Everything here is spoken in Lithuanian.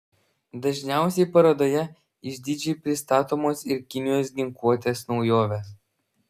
dažniausiai parodoje išdidžiai pristatomos ir kinijos ginkluotės naujovės